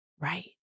Right